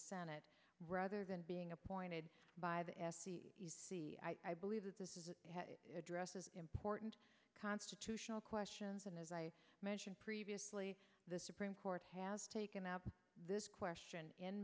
senate rather than being appointed by the s c believe that this is an address as important constitutional questions and as i mentioned previously the supreme court has taken up this question in